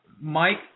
Mike